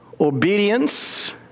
obedience